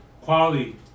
Quality